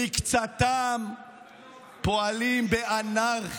מקצתם פועלים באנרכיה,